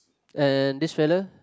and this fella